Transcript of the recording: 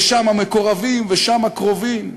ושם מקורבים, ושם הקרובים,